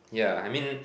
yeah I mean